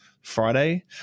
Friday